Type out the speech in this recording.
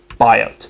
buyout